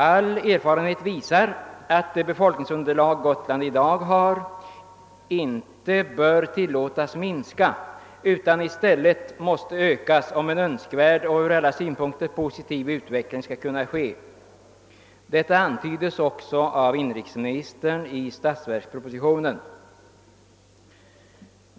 All erfarenhet visar att det befolkningsunderlag Gotland i dag har inte bör tillåtas minska utan i stället måste ökas, om en önskvärd och från alla synpunkter positiv utveckling skall kunna äga rum. Detta antydes också av inrikesministern i statsverkspropositionen.